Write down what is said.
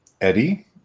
Eddie